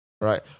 Right